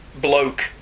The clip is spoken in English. bloke